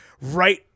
right